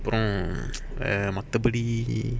பூராம்மத்தபடி:pooram mathapdi